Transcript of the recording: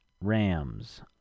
Rams